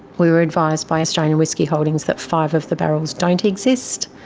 we were advised by australian whisky holdings that five of the barrels don't exist,